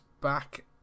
back